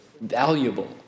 valuable